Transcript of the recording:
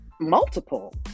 Multiple